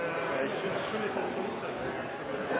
jeg er ikke